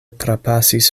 trapasis